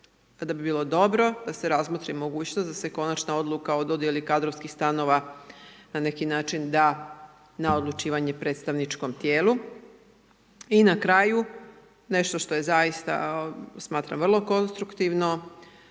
da bi bilo dobro da se razmotri mogućnost da se konačna odluka o dodjeli kadrovskih stanova na neki način da na odlučivanje predstavničkom tijelu. I na kraju, nešto što je zaista, smatram vrlo konstruktivno